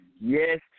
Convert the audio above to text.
Yes